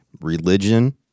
religion